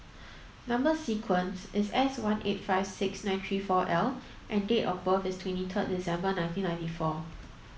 number sequence is S one eight five six nine three four L and date of birth is twenty third December nineteen ninety four